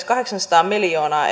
kahdeksansataa miljoonaa